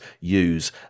use